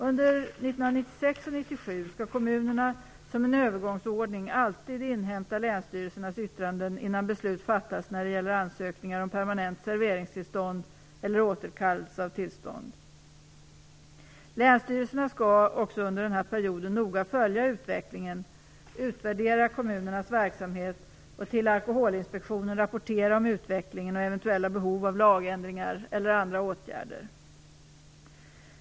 Under 1996 och 1997 skall kommunerna som en övergångsordning alltid inhämta länsstyrelsernas yttranden innan beslut fattas när det gäller ansökningar om permanent serveringstillstånd eller återkallelse av tillstånd. Länsstyrelserna skall också under den här perioden noga följa utvecklingen, utvärdera kommunernas verksamhet och till Alkoholinspektionen rapportera om utvecklingen och eventuella behov av lagändringar eller andra åtgärder.